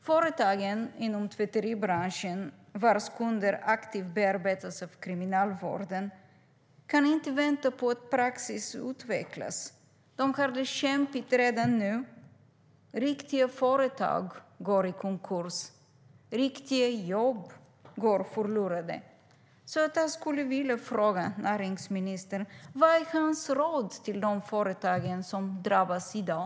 Företagen inom tvätteribranschen, vars kunder aktivt bearbetas av Kriminalvården, kan inte vänta på att praxis utvecklas. De har det kämpigt redan nu. Riktiga företag går i konkurs, och riktiga jobb går förlorade. Därför skulle jag vilja fråga näringsministern vad hans råd är till de företag som drabbas i dag.